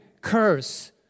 curse